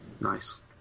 Nice